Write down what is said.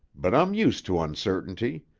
but i'm used to uncertainty.